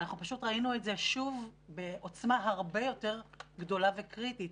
אנחנו פשוט ראינו את זה שוב בעוצמה הרבה יותר גדולה וקריטית.